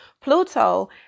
Pluto